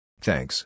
Thanks